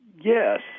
Yes